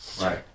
right